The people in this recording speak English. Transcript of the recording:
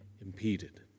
impeded